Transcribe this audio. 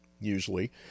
usually